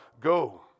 go